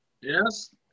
yes